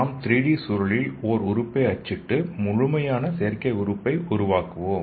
நாம் 3D சூழலில் ஓர் உறுப்பை அச்சிட்டு முழுமையான செயற்கை உறுப்பை உருவாக்குவோம்